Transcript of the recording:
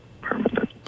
permanent